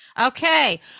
Okay